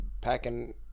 packing